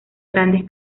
grandes